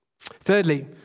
Thirdly